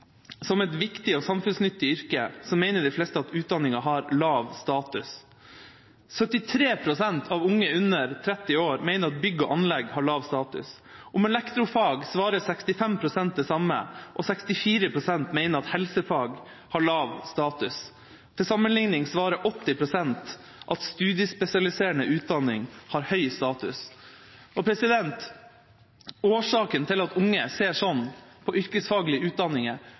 som et viktig og samfunnsnyttig yrke, så mener de fleste at utdanninga har lav status. 73 pst. av unge under 30 år mener at bygg og anlegg har lav status. Om elektrofag svarer 65 pst. det samme, og 64 pst. mener at helsefag har lav status. Til sammenligning svarer 80 pst. at studiespesialiserende utdanning har høy status. Årsaken til at unge ser sånn på yrkesfaglige utdanninger,